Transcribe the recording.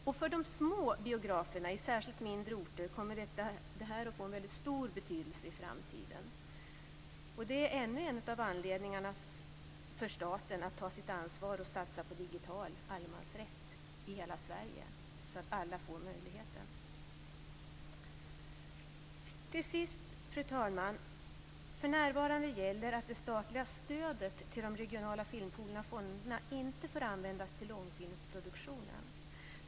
Det här kommer att få stor betydelse i framtiden för de små biograferna, särskilt i mindre orter. Det är ännu en anledning för staten att ta sitt ansvar och satsa på digital allemansrätt i hela Sverige, så att alla får den här möjligheten. Till sist, fru talman, vill jag säga att för närvarande gäller att det statliga stödet till de regionala filmpoolerna och fonderna inte får användas till långfilmsproduktionen.